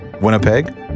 Winnipeg